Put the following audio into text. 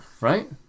Right